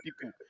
people